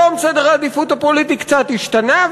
היום סדר העדיפות הפוליטי קצת השתנה,